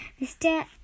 Mr